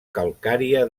calcària